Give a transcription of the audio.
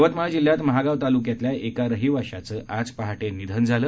यवतमाळ जिल्ह्यात महागाव तालुक्यातल्या एका रहिवाशाचं आज पहाटे निधन झालं